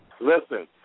Listen